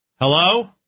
Hello